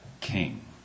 king